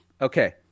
Okay